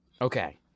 Okay